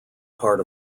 part